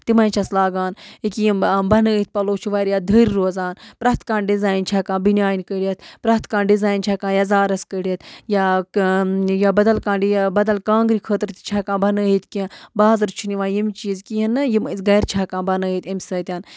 تِمَے چھَس لاگان یہِ کہِ یِم بَنٲیِتھ پَلو چھُ وارِیاہ دٔرۍ روزان پرٛٮ۪تھ کانٛہہ ڈِزایِن چھِ ہٮ۪کان بِنٛیان کٔڑِتھ پرٛٮ۪تھ کانٛہہ ڈِزایِن چھِ ہٮ۪کان یَزارَس کٔڑِتھ یا بَدَل کانٛہہ یہِ بَدَل کانٛگرِ خٲطرٕ تہِ چھِ ہٮ۪کان بَنٲیِتھ کیٚنٛہہ بازَر چھُنہٕ یِوان یِم چیٖز کِہیٖنۍ نہٕ یِم أسۍ گَرِ چھِ ہٮ۪کان بَنٲیِتھ اَمہِ سۭتۍ